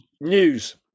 news